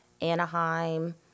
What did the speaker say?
Anaheim